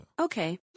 Okay